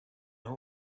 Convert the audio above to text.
know